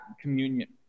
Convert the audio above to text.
communion